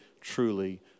truly